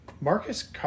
Marcus